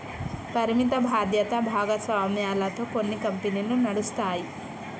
పరిమిత బాధ్యత భాగస్వామ్యాలతో కొన్ని కంపెనీలు నడుస్తాయి